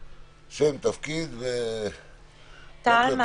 ההכרזה היא הארכה של הכרזה קיימת לגבי ארבע